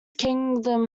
kingdom